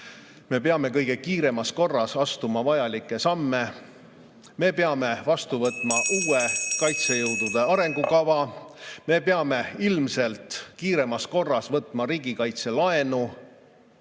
Me peame kõige kiiremas korras astuma vajalikke samme. (Juhataja helistab kella.) Me peame vastu võtma uue kaitsejõudude arengukava. Me peame ilmselt kiiremas korras võtma riigikaitselaenu.